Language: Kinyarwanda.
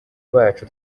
bacu